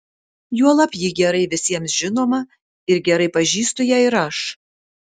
juolab ji gerai visiems žinoma ir gerai pažįstu ją ir aš